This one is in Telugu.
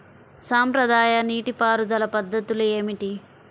సాంప్రదాయ నీటి పారుదల పద్ధతులు ఏమిటి?